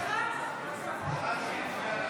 נוסיף את